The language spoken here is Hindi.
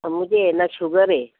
मुझे है ना शुगर है